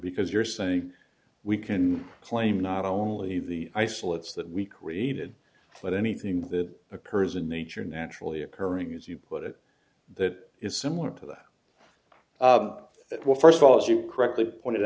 because you're saying we can claim not only the isolates that we created but anything that occurs in nature naturally occurring as you put it that is similar to that it was first of all as you correctly pointed